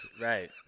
Right